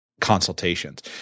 consultations